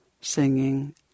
singing